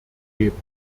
geben